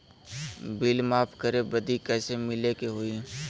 Bill माफ करे बदी कैसे मिले के होई?